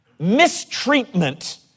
mistreatment